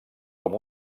com